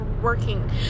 working